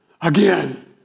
again